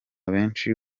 benshi